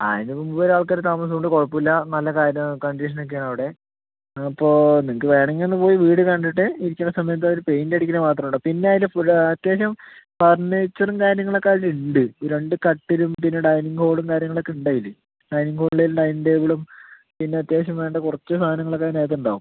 അതിന് മുമ്പ് വരെ ആൾക്കാര് താമസം ഉണ്ട് കുഴപ്പം ഇല്ല നല്ല കണ്ടീഷൻ ഒക്കെയാ അവിടെ അപ്പോൾ നിങ്ങൾക്ക് വേണമെങ്കിൽ ഒന്ന് പോയി വീട് കണ്ടിട്ട് ഇരിക്കണ സമയത്ത് അവര് പെയിൻറ്റ് അടിക്കുന്ന മാത്രം ഉണ്ടാവും പിന്നെ അതിൽ അത്യാവശ്യം ഫർണിച്ചറും കാര്യങ്ങൾ ഒക്കെ അതിൽ ഉണ്ട് രണ്ട് കട്ടിലും പിന്ന ഡൈനിംഗ് ഹോളും കാര്യങ്ങൾ ഒക്കെ ഉണ്ട് അയില് ഡൈനിംഗ് ഹോളിലെ ലൈനിൻ്റ എല്ലം പിന്നെ അത്യാവശ്യം വേണ്ട കുറച്ച് സാധനങ്ങൾ ഒക്കെ അതിന് അകത്ത് ഉണ്ടാവും